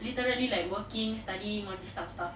literally like working studying all these kind of stuff